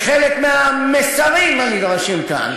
מחלק מהמסרים הנדרשים כאן,